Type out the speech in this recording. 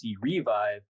revive